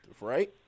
right